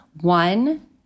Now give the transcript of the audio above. One